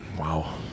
Wow